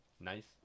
nice